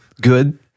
good